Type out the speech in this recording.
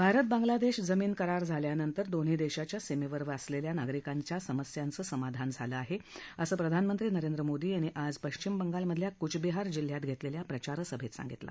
भारत बंगालादधीजमीन करार झाल्यानंतर दोन्ही दधीच्या सीमध्ते वसलखिा नागरीकांचा समस्याचं समाधान झालं आह असं प्रधानमंत्री नरेंद्र मोदी यांनी आज पश्चिम बंगालमधल्या कुच बिहार जिल्ह्यात घक्रिख्वा प्रचार सभर्व सांगितलं